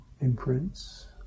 imprints